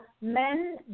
men